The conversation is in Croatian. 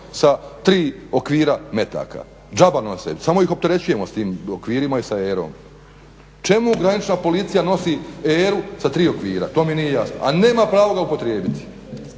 sa tri okvira metaka. Džaba nose, samo ih opterećujemo sa tim okvirima i sa erom. Čemu granična policija nosi eru sa tri okvira to mi nije jasno, a nema pravo ga upotrijebiti.